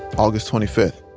august twenty five,